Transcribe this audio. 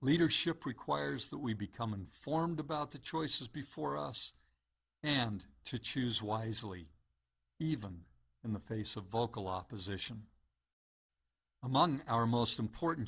leadership requires that we become informed about the choices before us and to choose wisely even in the face of vocal opposition among our most important